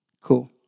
Cool